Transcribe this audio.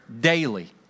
daily